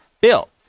Bill